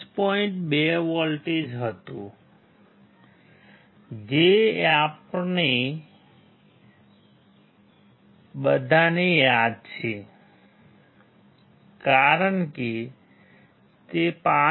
2 volt હતું જે આપણે બધાને યાદ છે કારણ કે તે 5